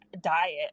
diet